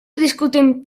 discutim